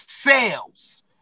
sales